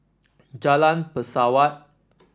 Jalan Pesawat